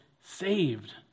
saved